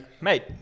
Mate